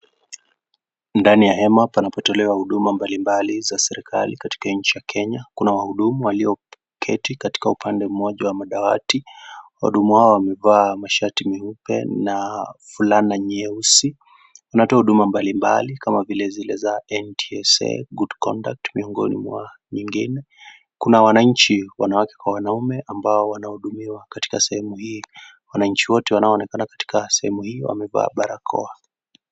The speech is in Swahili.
Ndani ya hema panapotolewa huduma mbalimbali za serikali katika nchi ya Kenya. Kuna wahudumu walioketi katika upande mmoja wa madawati. Wahudumu hao wamevaa mashati meupe na fulana nyeusi. Wanatoa huduma mbalimbali kama vile za NTSA Good conduct miongoni mwa nyingine. Kuna wananchi, wanawake kwa wanaume ambao wanahudumiwa katika sehemu hii. Wanachi wote wanaoonekana katika sehemu hii wamevaa barakoa.